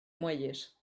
muelles